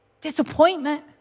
Disappointment